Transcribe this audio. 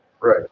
Right